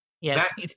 Yes